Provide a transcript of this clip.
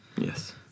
Yes